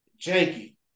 janky